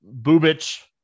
Bubich